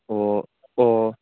ꯑꯣ ꯑꯣ